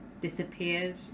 Disappeared